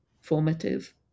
formative